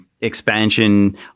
expansion